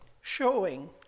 showing